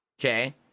Okay